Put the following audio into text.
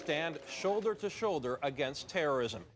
stand shoulder to shoulder against terrorism